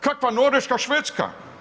Kakva Norveška, Švedska?